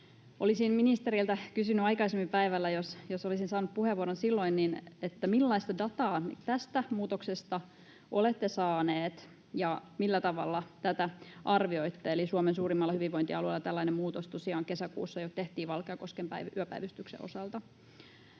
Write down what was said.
Olisin ministeriltä kysynyt aikaisemmin päivällä, jos olisin saanut puheenvuoron silloin, millaista dataa tästä muutoksesta olette saaneet ja millä tavalla tätä arvioitte. Eli Suomen suurimmalla hyvinvointialueella tällainen muutos tosiaan kesäkuussa jo tehtiin Valkeakosken yöpäivystyksen osalta.